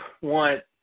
want